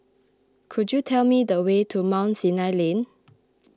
could you tell me the way to Mount Sinai Lane